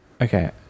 Okay